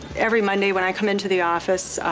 every monday when i come into the office,